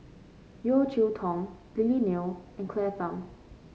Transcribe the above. Yeo Cheow Tong Lily Neo and Claire Tham